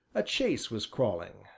a chaise was crawling,